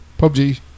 PUBG